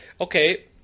okay